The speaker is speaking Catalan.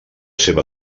seva